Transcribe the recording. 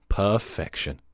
perfection